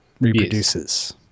reproduces